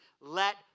let